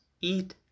eat